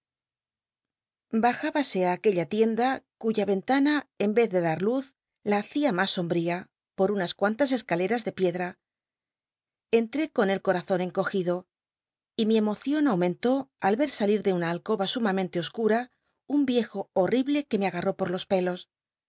bajábase á aquella ti enda cuya rentana en y c z de darla luz la hacia mas sombl'ia po unas cuantas escaleras de piedra enté con el corazón encogido y mi emocion aum entó al ver salir de una alcoba sumamente oscura un icjo horrible que me agarró por los pelos